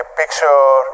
picture